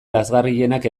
lazgarrienak